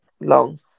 long